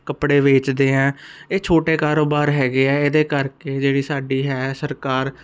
ਕੱਪੜੇ ਵੇਚਦੇ ਆ ਇਹ ਛੋਟੇ ਕਾਰੋਬਾਰ ਹੈਗੇ ਆ ਇਹਦੇ ਕਰਕੇ ਜਿਹੜੀ ਸਾਡੀ ਹੈ ਸਰਕਾਰ